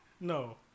No